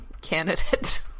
candidate